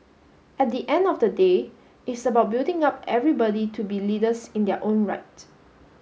at the end of the day it's about building up everybody to be leaders in their own right